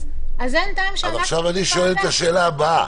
הפגיעה השנתית - קרוב ל-7% תוצר פגיעה בסוף השנה.